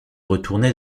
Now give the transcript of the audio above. retournait